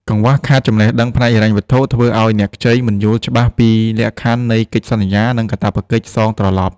កង្វះខាតចំណេះដឹងផ្នែកហិរញ្ញវត្ថុ ធ្វើឱ្យអ្នកខ្ចីមិនយល់ច្បាស់ពីលក្ខខណ្ឌនៃកិច្ចសន្យា និងកាតព្វកិច្ចសងត្រឡប់។